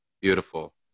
Beautiful